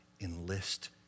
enlist